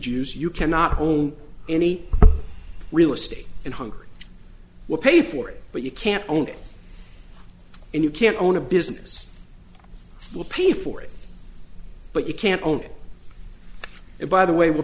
jews you cannot own any real estate in hungary we'll pay for it but you can't own it and you can't own a business will pay for it but you can't own it by the way we'